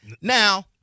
Now